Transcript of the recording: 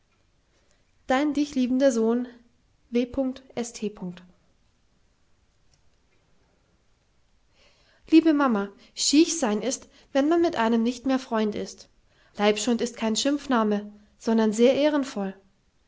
dein dich liebender sohn w st liebe mama schiech sein ist wenn man mit einem nicht mehr freund ist leibschund ist kein schimpfname sondern sehr ehrenvoll